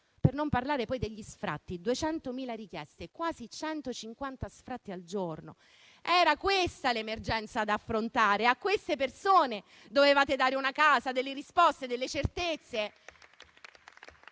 per non parlare poi degli sfratti che vedono 200.000 richieste, quasi 150 sfratti al giorno. Era questa l'emergenza da affrontare, a queste persone dovevate dare una casa, delle risposte e delle certezze.